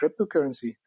cryptocurrency